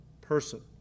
person